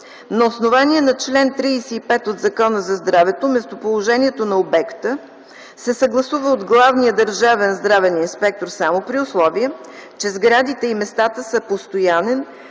На основание чл. 35 от Закона за здравето местоположението на обекта се съгласува от главния държавен здравен инспектор, само при условие че сградите и местата за постоянен